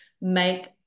make